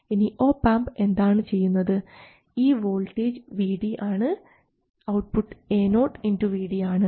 ഇനി ഒപാംപ് എന്താണ് ചെയ്യുന്നത് ഈ വോൾട്ടേജ് Vd ആണ് ഔട്ട്പുട്ട് AoVd ആണ്